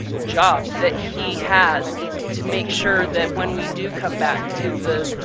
job, that he has to make sure that when we do come back to the